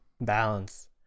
Balance